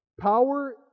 power